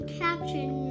caption